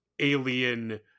Alien